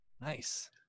nice